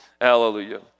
Hallelujah